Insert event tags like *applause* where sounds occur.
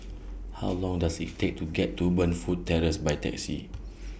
How Long Does IT Take to get to Burnfoot Terrace By Taxi *noise*